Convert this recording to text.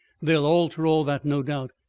they'll alter all that, no doubt.